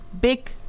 big